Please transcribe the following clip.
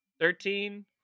Thirteen